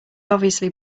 obviously